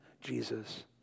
Jesus